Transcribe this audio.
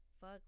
fuck